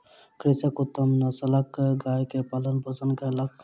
कृषक उत्तम नस्लक गाय के पालन पोषण कयलक